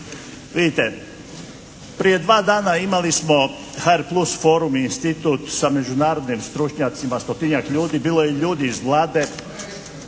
Vidite, prije dva dana imali smo HR-plus forum i institut sa međunarodnim stručnjacima, stotinjak ljudi, bilo je i ljudi iz Vlade